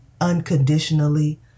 unconditionally